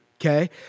Okay